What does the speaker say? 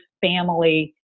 family